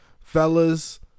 Fellas